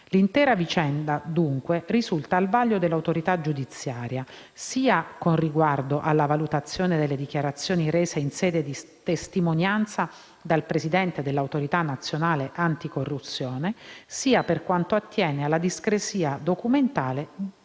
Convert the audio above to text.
L’intera vicenda, dunque, risulta al vaglio dell’autorità giudiziaria sia con riguardo alla valutazione delle dichiarazioni rese in sede di testimonianza dal presidente dell’Autorità nazionale anticorruzione, sia per quanto attiene alla discrasia documentale